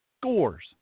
Scores